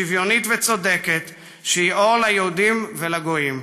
שוויונית וצודקת, שהיא אור ליהודים ולגויים.